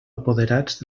apoderats